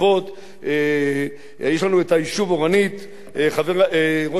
יש לנו היישוב אורנית, ראש המועצה שם שלומי לנגר.